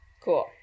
Cool